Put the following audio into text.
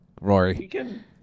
rory